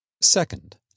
Second